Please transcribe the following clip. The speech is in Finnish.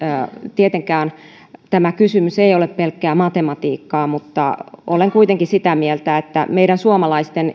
tietenkään tämä kysymys ei ole pelkkää matematiikkaa mutta olen kuitenkin sitä mieltä että meidän suomalaisten